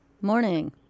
morning